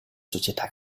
società